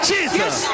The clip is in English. Jesus